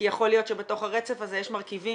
כי יכול להיות שבתוך הרצף הזה יש מרכיבים